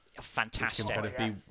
Fantastic